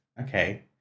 Okay